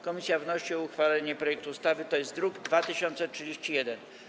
Komisja wnosi o uchwalenie projektu ustawy - to jest druk nr 2031.